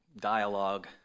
dialogue